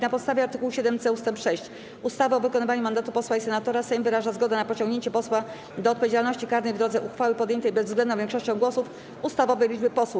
Na podstawie art. 7c ust. 6 ustawy o wykonywaniu mandatu posła i senatora Sejm wyraża zgodę na pociągnięcie posła do odpowiedzialności karnej w drodze uchwały podjętej bezwzględną większością głosów ustawowej liczby posłów.